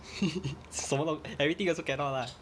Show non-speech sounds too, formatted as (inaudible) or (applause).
(laughs) 什么东 everything also cannot lah